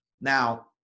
Now